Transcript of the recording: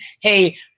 Hey